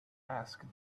asked